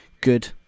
good